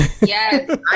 Yes